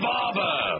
Barber